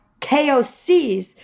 KOCs